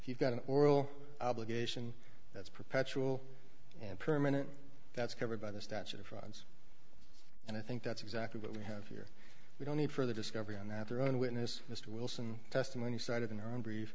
you've got an oral obligation that's perpetual and permanent that's covered by the statute of frauds and i think that's exactly what we have here we don't need further discovery on that their own witness mr wilson testimony cited in our own brief